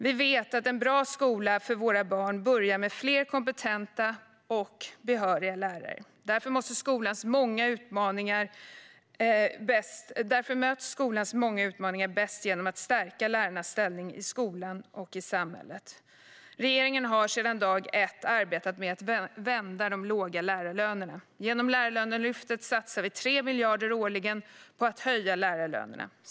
Vi vet att en bra skola för våra barn börjar med fler kompetenta och behöriga lärare. Därför möter man skolans många utmaningar bäst genom att stärka lärarnas ställning i skolan och i samhället. Regeringen har sedan dag ett arbetat med att vända de låga lärarlönerna. Genom Lärarlönelyftet satsar vi 3 miljarder årligen på att höja lärarlönerna.